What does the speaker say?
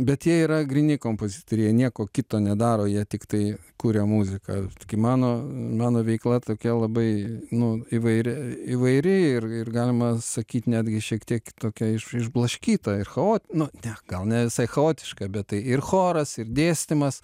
bet jie yra gryni kompozitoriai jie nieko kito nedaro jie tiktai kuria muziką kai mano mano veikla tokia labai nu įvairi įvairi ir ir galima sakyt netgi šiek tiek tokia išblaškyta ir chaot nu ne gal ne visai chaotiška bet tai ir choras ir dėstymas